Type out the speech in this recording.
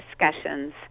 discussions